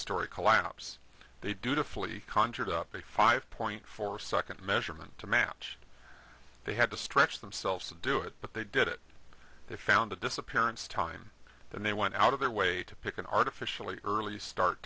story collapse they do to flee conjured up a five point four second measurement to match they had to stretch themselves to do it but they did it they found the disappearance time and they went out of their way to pick an artificially early start